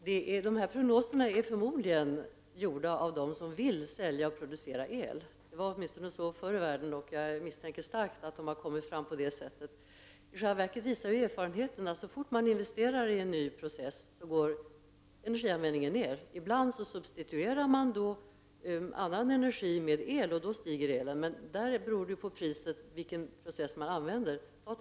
Fru talman! Dessa prognoser är förmodligen gjorda av dem som vill sälja och producera el. Det var åtminstone så förr i världen, och jag misstänker starkt att dessa uppgifter har kommit fram på detta sätt. I själva verket visar erfarenheterna energianvändningen minskar så fort företagen investerar i en ny process. Ibland substituerar man annan energi med el, och då ökar elanvändningen. Men vilken process som används beror på priset.